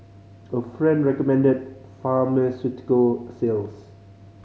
a friend recommended pharmaceutical sales